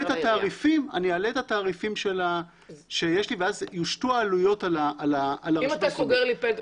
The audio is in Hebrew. את התעריפים שיש לי ואז יושתו העלויות על הרשויות המקומיות.